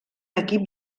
equip